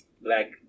black